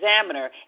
examiner